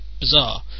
bizarre